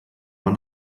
man